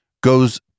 Goes